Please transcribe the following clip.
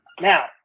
Now